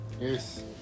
Yes